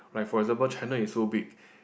like for example China is so big